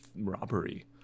robbery